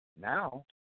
Now